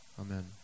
Amen